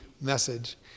message